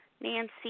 Nancy